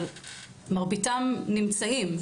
מרביתם נמצאים.